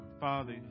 Father